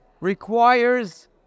requires